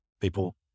people